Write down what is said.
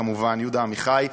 כמובן יהודה עמיחי,